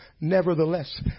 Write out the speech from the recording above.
Nevertheless